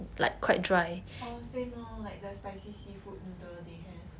orh same loh like the spicy seafood noodle they have